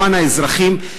למען האזרחים,